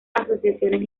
asociaciones